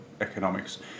economics